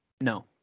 No